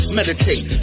meditate